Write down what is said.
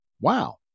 wow